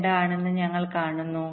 2 ആണെന്ന് ഞങ്ങൾ കാണുന്നു